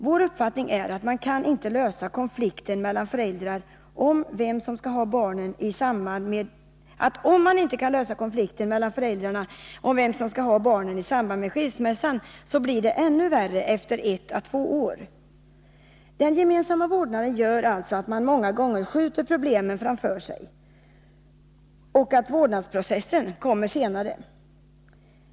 Vår uppfattning är att om man inte kan lösa konflikten mellan föräldrarna om vem som skall ha barnen i samband med skilsmässan, blir det ännu värre efter ett å två år. Den gemensamma vårdnaden gör alltså att man många gånger skjuter problemen framför sig och att vårdnadsprocessen kommer senare.